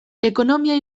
ekonomia